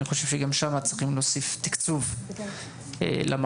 גם שם צריך להוסיף תקצוב למערכת.